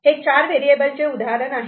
हे चार वेरिएबलचे उदाहरण आहे